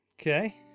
Okay